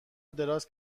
دراز